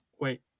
wait